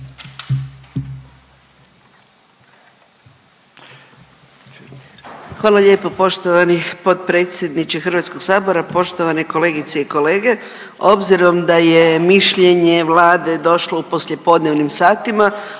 Hvala lijepo poštovani potpredsjedniče Hrvatskog sabora, poštovane kolegice i kolege. Obzirom da je mišljenje Vlade došlo u poslijepodnevnim satima,